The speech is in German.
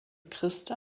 christa